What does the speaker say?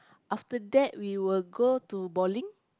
after that we will go to bowling